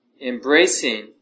Embracing